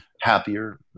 happier